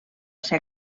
ser